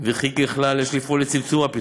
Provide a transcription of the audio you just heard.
וכי ככלל יש לפעול לצמצום הפליטות.